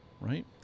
right